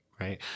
Right